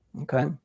Okay